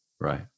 Right